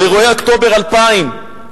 לאירועי אוקטובר 2000,